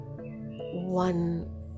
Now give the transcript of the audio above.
one